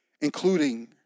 including